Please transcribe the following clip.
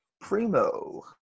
Primo